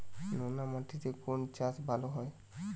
নোনা মাটিতে কোন চাষ ভালো হয়?